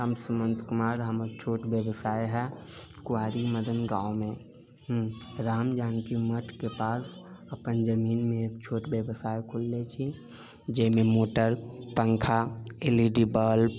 हम सुमन्त कुमार हमर छोट बेबसाइ हइ कुआरी मदन गाँवमे राम जानकी मठके पास अपन जमीनमे एक छोट बेबसाइ खोलले छी जाहिमे मोटर पंखा एल इ डी बल्ब